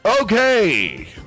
Okay